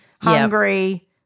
hungry